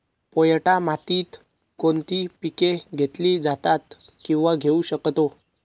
पोयटा मातीत कोणती पिके घेतली जातात, किंवा घेऊ शकतो?